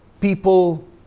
people